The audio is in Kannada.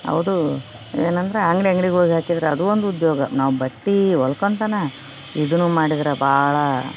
ಹೌದು ಏನಂದ್ರ ಅಂಗಡಿ ಅಂಗ್ಡಿಗೆ ಹೋಗಿ ಹಾಕಿದ್ರ ಅದೂ ಒಂದು ಉದ್ಯೋಗ ನಾವು ಬಟ್ಟೆ ಹೊಲ್ಕೊಳ್ತನ ಇದನ್ನು ಮಾಡಿದ್ರ ಭಾಳಾ